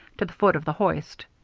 to the foot of the hoist.